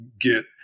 get